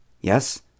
Yes